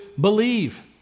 believe